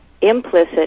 implicit